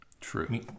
True